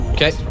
Okay